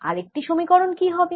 আরেকটি সমীকরণ কি হবে